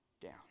down